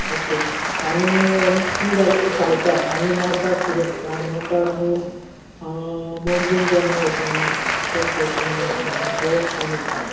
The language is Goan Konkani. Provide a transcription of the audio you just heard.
ऑके आनी ती जाली सावथाक आनी नॉर्थाक कितें आसा नॉर्थाक आमी मोरजीम केन्ना वसोंक ना तेरेखोल फोर्ट केन्ना वचोंक ना थंय वचपाक जाता